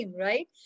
right